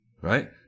right